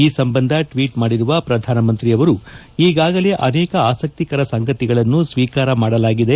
ಈ ಸಂಬಂಧ ಟ್ವೀಟ್ ಮಾಡಿರುವ ಪ್ರಧಾನಮಂತ್ರಿ ಈಗಾಗಲೇ ಅನೇಕ ಆಸಕ್ತಿಕರ ಸಂಗತಿಗಳನ್ನು ಸ್ವೀಕಾರ ಮಾಡಲಾಗಿದೆ